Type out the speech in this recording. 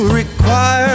require